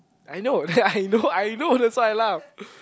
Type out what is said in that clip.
I know I know I know that's why I laugh